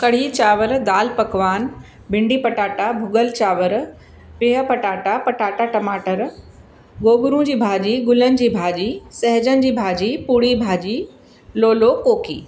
कढ़ी चांवरु दाल पकवान भिंडी पटाटा भुॻल चांवरु बिह पटाटा पटाटा टमाटर गोगिड़ूं जी भाॼी गुलनि जी भाॼी सहजन जी भाॼी पुरी भाॼी लोलो कोकी